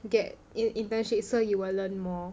get in~ internship so you will learn more